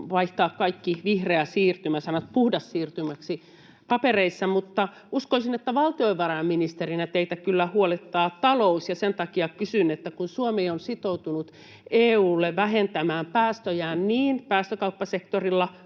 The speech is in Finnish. vaihtaa kaikki ”vihreä siirtymä” -sanat papereissa muotoon ”puhdas siirtymä”. Mutta uskoisin, että valtiovarainministerinä teitä kyllä huolettaa talous. Sen takia kysyn, että kun Suomi on sitoutunut EU:lle vähentämään päästöjään niin päästökauppasektorilla,